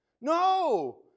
No